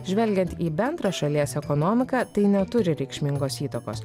žvelgiant į bendrą šalies ekonomiką tai neturi reikšmingos įtakos